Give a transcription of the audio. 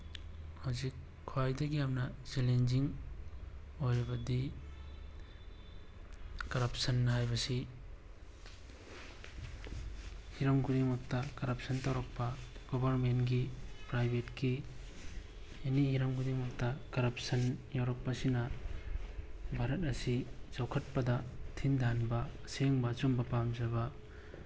ꯍꯧꯖꯤꯛ ꯈ꯭ꯋꯥꯏꯗꯒꯤ ꯌꯥꯝꯅ ꯆꯦꯂꯦꯟꯖꯤꯡ ꯑꯣꯏꯔꯤꯕꯗꯤ ꯀꯔꯞꯁꯟ ꯍꯥꯏꯕꯁꯤ ꯍꯤꯔꯝ ꯈꯨꯗꯤꯡꯃꯛꯇ ꯀꯔꯞꯁꯟ ꯇꯧꯔꯛꯄ ꯒꯣꯕꯔꯃꯦꯟꯒꯤ ꯄ꯭ꯔꯥꯏꯚꯦꯠꯀꯤ ꯑꯦꯅꯤ ꯍꯤꯔꯝ ꯈꯨꯗꯤꯡꯃꯛꯇ ꯀꯔꯞꯁꯟ ꯌꯥꯎꯔꯛꯄꯁꯤꯅ ꯚꯥꯔꯠ ꯑꯁꯤ ꯆꯥꯎꯈꯠꯄꯗ ꯊꯤꯟꯊꯍꯟꯕ ꯑꯁꯦꯡꯕ ꯑꯆꯨꯝꯕ ꯄꯥꯝꯖꯕ